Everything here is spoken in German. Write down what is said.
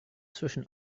zwischen